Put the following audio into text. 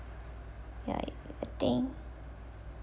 ya I I think